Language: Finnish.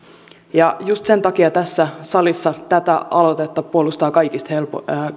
ja just sen takia tässä salissa tätä aloitetta puolustavat